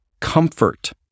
Comfort